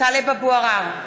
טלב אבו עראר,